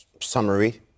summary